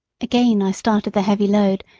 again i started the heavy load,